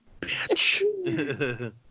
bitch